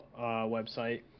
website